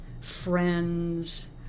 friends